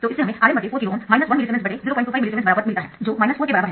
तो इससे हमें Rm 4KΩ 1 मिलीसीमेंस 025 मिलीसीमेंस बराबर मिलता है जो 4 के बराबर है